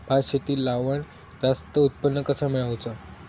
भात शेती लावण जास्त उत्पन्न कसा मेळवचा?